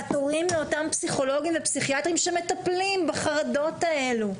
שהתורים לאותם פסיכולוגים ופסיכיאטרים שמטפלים בחרדות האלה,